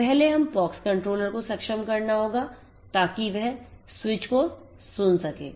तो पहले हमें POX कंट्रोलर को सक्षम करना होगा ताकि वह स्विच को सुन सके